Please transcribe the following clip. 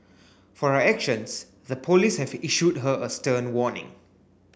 for her actions the police have issued her a stern warning